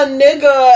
nigga